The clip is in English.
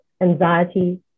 anxiety